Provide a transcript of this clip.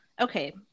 Okay